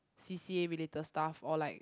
C_C_A related stuff or like